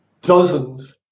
dozens